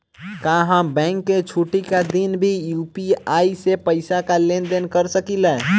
का हम बैंक के छुट्टी का दिन भी यू.पी.आई से पैसे का लेनदेन कर सकीले?